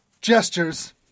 gestures